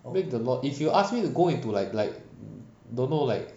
break the law if you ask me to go into like like don't know like